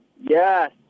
yes